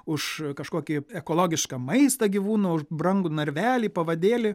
už kažkokį ekologišką maistą gyvūno už brangų narvelį pavadėlį